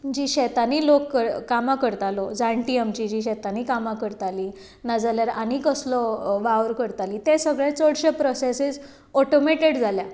जीं शेतांनीं लोक कामां करतालो जाणटीं आमचीं जीं शेतांनी काम करतालीं ना जाल्यार आनी कसलो वावर करतालीं हे सगळे चडशे प्रोसेसीस ऑटोमेटीक जाल्या